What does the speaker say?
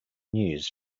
news